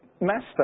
master